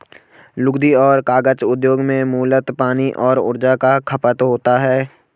लुगदी और कागज उद्योग में मूलतः पानी और ऊर्जा का खपत होता है